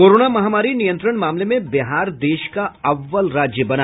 corona महामारी नियंत्रण मामले में बिहार देश का अव्वल राज्य बना